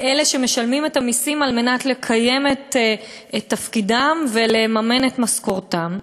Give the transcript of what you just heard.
באלה שמשלמים את המסים כדי לקיים את תפקידם ולממן את משכורתם,